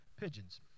pigeons